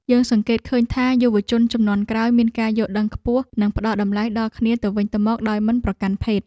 យើងសង្កេតឃើញថា យុវជនជំនាន់ក្រោយមានការយល់ដឹងខ្ពស់ និងផ្តល់តម្លៃដល់គ្នាទៅវិញទៅមកដោយមិនប្រកាន់ភេទ។